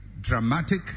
dramatic